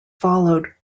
followed